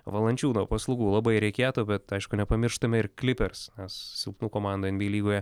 valančiūno paslaugų labai reikėtų bet aišku nepamirštame ir clippers nes silpnų komandų nba lygoje